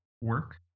work